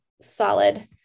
solid